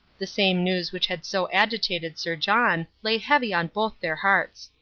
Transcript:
the same news which had so agitated sir john lay heavy on both their hearts.